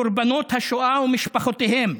קורבנות השואה ומשפחותיהם,